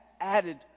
added